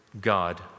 God